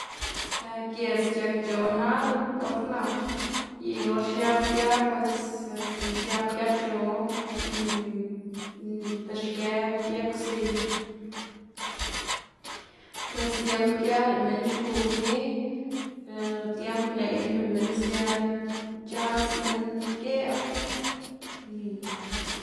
giedz c̲h̲akc̲h̲o nal or nal y or xiab gia pues este xiab giac̲h̲o y ber xkë bië gwziy. pues tiemb gia lëꞌ minn xgu pni tiemb neꞌyna lëꞌ minn sia c̲h̲as minn geꞌw.